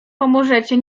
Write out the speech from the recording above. pomożecie